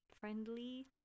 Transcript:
friendly